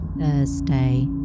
Thursday